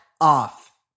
off